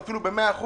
ואפילו ב-100%,